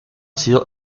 sido